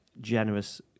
generous